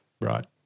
Right